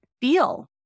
feel